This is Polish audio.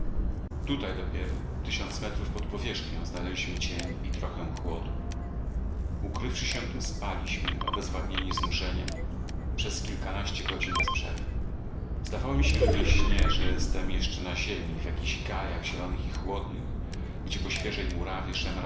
tutaj dopiero tysiąc metrów pod powierzchnią znaleźliśmy cień i trochę chłodu ukrywszy się tu spaliśmy obezwładnieni znużeniem przez kilkanaście godzin bez przerwy zdawało mi się we śnie że jestem jeszcze na ziemi w jakichś gajach zielonych i chłodnych gdzie po świeżej murawie